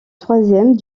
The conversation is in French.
troisième